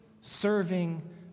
serving